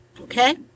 Okay